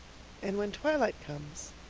and when twilight comes.